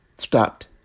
Stopped